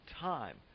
time